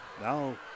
Now